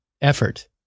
effort